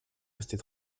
rester